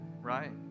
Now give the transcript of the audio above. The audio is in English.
right